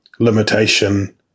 Limitation